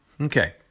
Okay